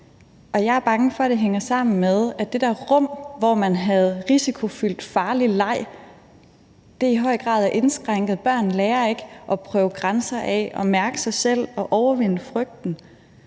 Jeg er bange for, at det hænger sammen med, at det der rum, hvor man havde risikofyldt, farlig leg i høj grad er indskrænket. Børn lærer ikke at prøve grænser af og mærke sig selv og overvinde frygten.